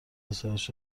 وسایلش